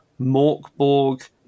Morkborg